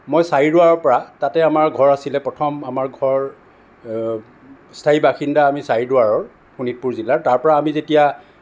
মই চাৰিদুৱাৰৰ পৰা তাতে আমাৰ ঘৰ আছিল প্ৰথম আমাৰ ঘৰ স্থায়ী বাসিন্দা আমি চাৰিদুৱাৰৰ শোণিতপুৰ জিলাৰ তাৰ পৰা আমি যেতিয়া